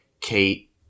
Kate